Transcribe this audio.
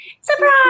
Surprise